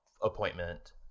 appointment